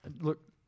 Look